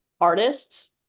artists